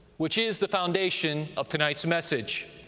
which is the foundation of tonight's message.